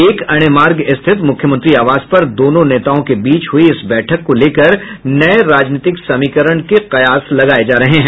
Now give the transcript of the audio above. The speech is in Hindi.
एक अणे मार्ग स्थित मुख्यमंत्री आवास पर दोनों नेताओं के बीच हुई इस बैठक को लेकर नये राजनीतिक समीकरण के कयास लगाये जा रहे हैं